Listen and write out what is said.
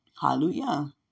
Hallelujah